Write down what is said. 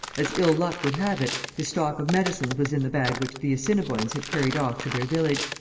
as ill luck would have it, his stock of medicines was in the bag which the assiniboines had carried off to their village,